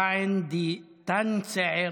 בערבית: (אומר דברים ביידיש.)